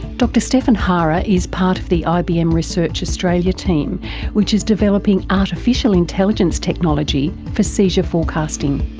dr stefan harrer is part of the ibm research australia team which is developing artificial intelligence technology for seizure forecasting.